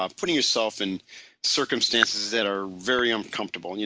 ah putting yourself in circumstances that are very uncomfortable, and